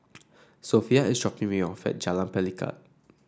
Sophia is dropping me off at Jalan Pelikat